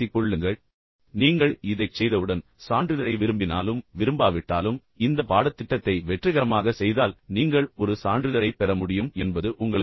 இப்போது முன்னேறிச் செல்லுகையில் நீங்கள் இதைச் செய்தவுடன் நீங்கள் சான்றிதழை விரும்பினாலும் விரும்பாவிட்டாலும் நீங்கள் இந்த பாடத்திட்டத்தை வெற்றிகரமாக செய்தால் நீங்கள் ஒரு சான்றிதழைப் பெற முடியும் என்பது உங்களுக்குத் தெரியும்